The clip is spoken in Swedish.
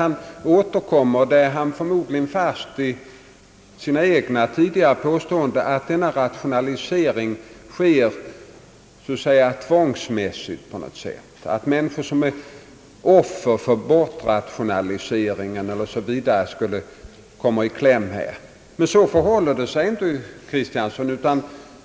Han återkommer till att jordbruksrationaliseringen på något sätt sker tvångsmässigt, att människor som är offer för bortrationalisering här skulle komma i kläm. Han tar förmodligen intryck av sina egna tidigare påståenden. Men det förhåller sig inte på det sättet, herr Kristiansson, utan